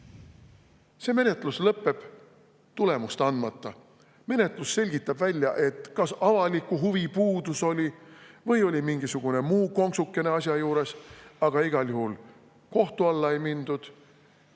menetlus lõpeb tulemust andmata. Menetlus selgitab välja, kas avaliku huvi puudus oli või oli mingisugune muu konksukene asja juures, aga igal juhul kohtu alla ei mindud,